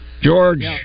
George